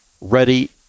ready